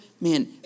man